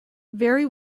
very